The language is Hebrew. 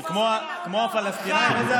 כמו הפלסטינים?